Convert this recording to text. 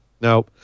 No